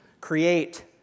Create